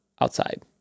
outside